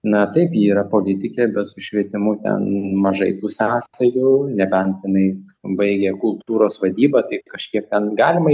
na taip ji yra politikė bet su švietimu ten mažai tų sąsajų nebent jinai baigė kultūros vadybą tai kažkiek ten galima